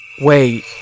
Wait